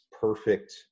perfect